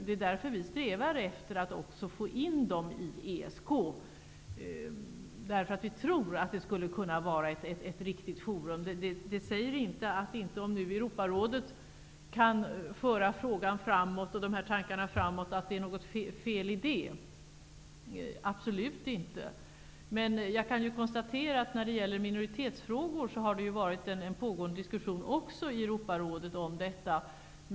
Det är därför vi strävar efter att få in frågorna i ESK, för vi tror att det skulle kunna vara ett riktigt forum. Det säger inte att det om inte Europarådet kan föra frågan och de här tankarna framåt är fel, absolut inte. Inom Europarådet har det pågått en diskussion om minoritetsfrågorna.